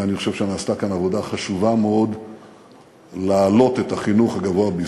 אני חושב שנעשתה כאן עבודה חשובה מאוד להעלות את החינוך הגבוה בישראל,